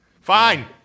Fine